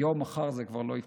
היום, מחר, זה כבר לא יתאפשר.